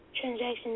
transactions